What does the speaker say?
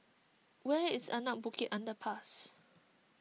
where is Anak Bukit Underpass